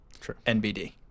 NBD